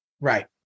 Right